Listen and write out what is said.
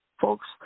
Folks